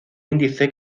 índice